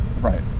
right